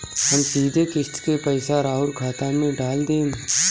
हम सीधे किस्त के पइसा राउर खाता में डाल देम?